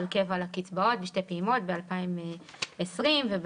קבע לקצבאות בשתי פעימות ב-2020 וב-2021,